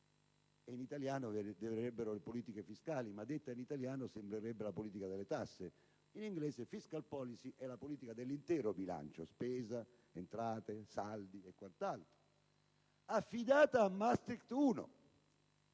in italiano si direbbe politica fiscale, ma detto in italiano sembrerebbe la politica delle tasse, mentre in inglese è la politica dell'intero bilancio: spesa, entrate, saldi e quant'altro) affidata a Maastricht 1.